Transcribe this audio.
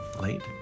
late